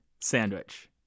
sandwich